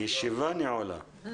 הישיבה ננעלה בשעה